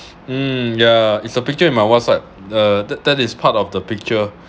hmm yeah it's a picture in my whatsapp uh that is part of the picture